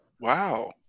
Wow